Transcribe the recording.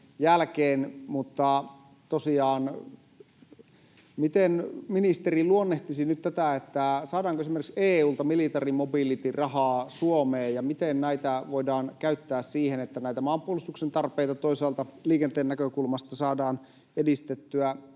Mutta tosiaan, miten ministeri luonnehtisi nyt tätä, saadaanko esimerkiksi EU:lta military mobility ‑rahaa Suomeen ja miten näitä voidaan käyttää siihen, että toisaalta maanpuolustuksen tarpeita liikenteen näkökulmasta saadaan edistettyä?